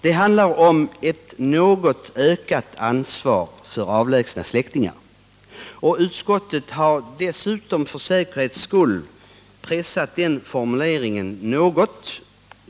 Det handlar om ett något ökat ansvar för avlägsna släktingar, och utskottet har dessutom för säkerhets skull pressat den formuleringen något.